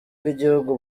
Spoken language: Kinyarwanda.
bw’igihugu